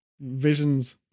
visions